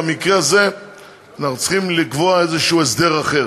במקרה הזה אנחנו צריכים לקבוע איזשהו הסדר אחר,